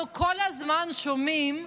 אנחנו כל הזמן שומעים,